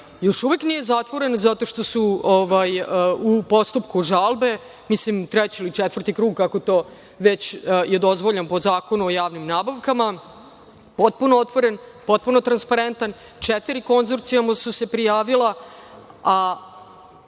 još uvek nije zatvoren zato što su u postupku žalbe, mislim treći ili četvrti krug, kako je to već dozvoljeno po Zakonu o javnim nabavkama, potpuno otvoren, potpuno transparentan. Četiri konzorcijuma su se prijavila, a